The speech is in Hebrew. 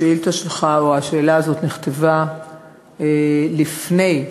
השאלה הזאת נכתבה לפני,